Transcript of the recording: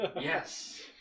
Yes